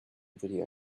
video